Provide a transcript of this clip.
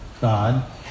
God